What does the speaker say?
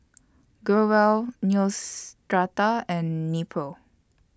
Growell Neostrata and Nepro